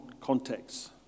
contexts